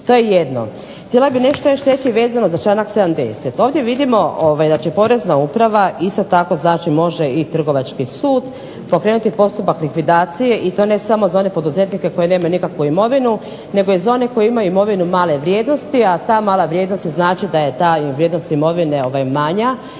tako. Htjela bih nešto reći vezano za članak 70. Ovdje vidimo da će porezna uprava isto tako znači može i trgovački sud pokrenuti postupak likvidacije i to ne samo za one poduzetnike koji nemaju nikakvu imovinu nego i za one koji imovinu male vrijednosti, a ta mala vrijednost znači da je ta vrijednost imovine manje